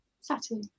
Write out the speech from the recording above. Saturday